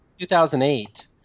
2008